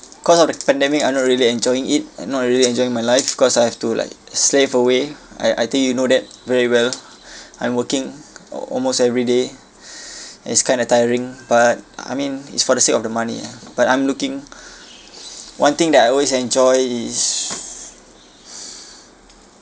cause of the pandemic I'm not really enjoying it and not really enjoying my life cause I have to like slave away I I think you know that very well I'm working al~ almost every day and it's kind of tiring but I mean it's for the sake of the money ah but I'm looking one thing that I always enjoy is